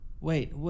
Wait